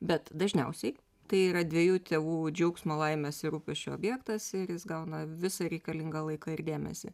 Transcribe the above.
bet dažniausiai tai yra dviejų tėvų džiaugsmo laimės ir rūpesčio objektas ir jis gauna visą reikalingą laiką ir dėmesį